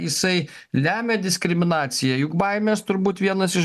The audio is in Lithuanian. jisai lemia diskriminaciją juk baimės turbūt vienas iš